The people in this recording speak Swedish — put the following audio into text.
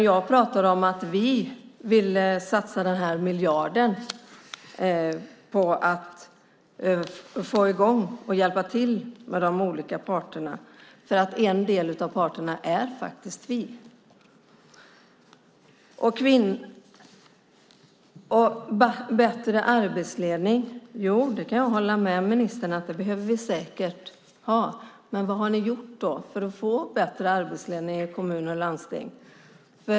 Jag pratar om att vi vill satsa den här miljarden på att få i gång och hjälpa de olika parterna. En av parterna är vi. Jag kan hålla med ministern om att vi säkert behöver bättre arbetsledning. Men vad har ni då gjort för att få bättre arbetsledning i kommuner och landsting?